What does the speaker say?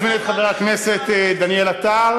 אני מזמין את חבר הכנסת דניאל עטר,